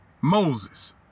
Moses